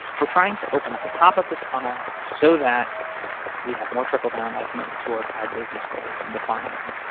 we're trying to open up the top of this funnel, so that we have more trickledown, ultimately, toward our business goals and defining them.